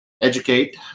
educate